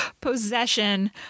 possession